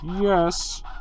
Yes